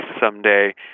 someday